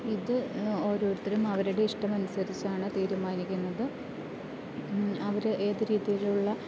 ഇത് ഓരോരുത്തരും അവരുടെ ഇഷ്ടം അനുസരിച്ചാണ് തീരുമാനിക്കുന്നത് അവർ ഏത് രീതിയിലുള്ള